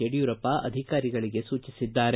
ಯಡಿಯೂರಪ್ಪ ಅಧಿಕಾರಿಗಳಿಗೆ ಸೂಚಿಸಿದ್ದಾರೆ